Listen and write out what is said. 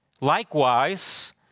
Likewise